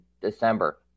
December